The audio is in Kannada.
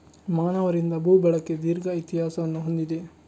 ಮಾನವರಿಂದ ಭೂ ಬಳಕೆ ದೀರ್ಘ ಇತಿಹಾಸವನ್ನು ಹೊಂದಿದೆ